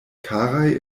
karaj